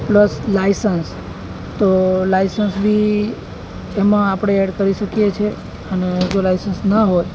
plus licence તો licence B જેમાં આપણે એડ કરી શકીએ છીએ અને જો લાઇસન્સ ન હોય